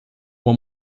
uma